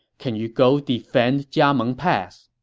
can you go defend jiameng pass?